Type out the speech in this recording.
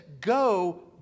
go